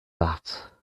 that